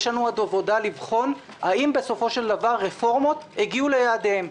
יש לנו עוד עבודה לבחון האם בסופו של דבר רפורמות הגיעו ליעדיהן,